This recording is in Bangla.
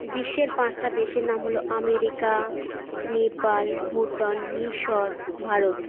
বিশ্বের পাঁচটা দেশের নাম হলো আমেরিকা নেপাল ভুটান মিশর ভারত